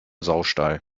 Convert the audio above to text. saustall